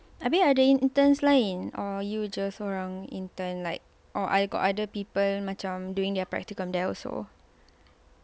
are there ada interns lain or you just seorang intern like or like got other people macam doing their practicum there also